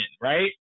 right